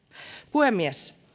puhemies